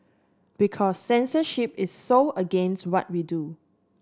because censorship is so against what we do